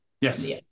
Yes